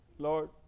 Lord